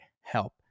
help